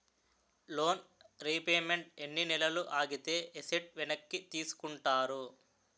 Loan repayment ఎన్ని నెలలు ఆగితే ఎసట్ వెనక్కి తీసుకుంటారు?